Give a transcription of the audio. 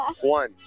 One